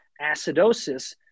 acidosis